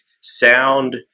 sound